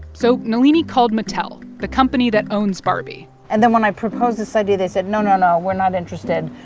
so nalini called mattel, the company that owns barbie and then when i proposed this idea, they said, no, no, no, we're not interested.